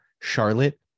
Charlotte